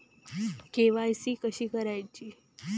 KYC कशी करायची?